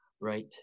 Right